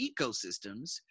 ecosystems